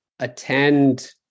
attend